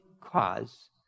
cause